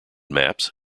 maps